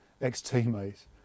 ex-teammates